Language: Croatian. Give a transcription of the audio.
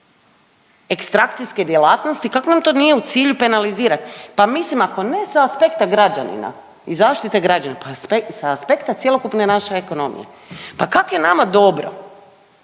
ekstrakcijske djelatnosti, kak nam to nije u cilju penalizirat? Pa mislim ako ne sa aspekta građanina i zaštite građanina, pa sa aspekta cjelokupne naše ekonomije. Pa kak je nama dobro